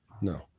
No